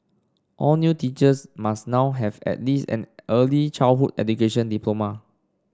all new teachers must now have at least an early childhood education diploma